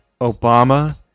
Obama